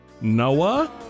Noah